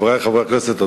חברי חברי הכנסת,